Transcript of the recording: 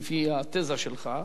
לפי התזה שלך,